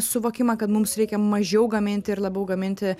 suvokimą kad mums reikia mažiau gamint ir labiau gaminti